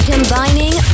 Combining